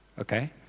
Okay